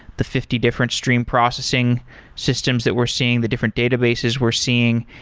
the fifty different stream processing systems that we're seeing, the different databases we're seeing,